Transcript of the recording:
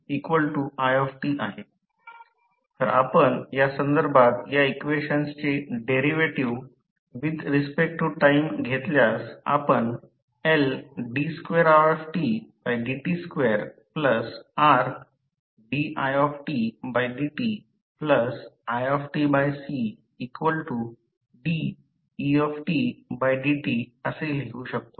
तर आपण या संदर्भात या इक्वेशन्सचे derivative with respect to time घेतल्यास आपण Ld2idt2RdidtiCdedt असे लिहू शकतो